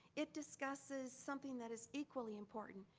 it discusses something that is equally important.